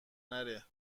نره